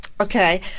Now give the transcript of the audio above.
Okay